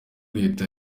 leta